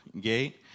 gate